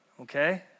okay